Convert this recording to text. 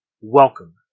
Welcome